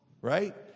right